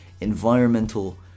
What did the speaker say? environmental